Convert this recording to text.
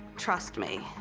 trust me.